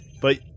But